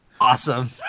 Awesome